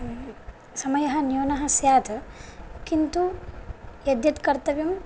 समयः न्यूनः स्यात् किन्तु यद्यत् कर्तव्यम्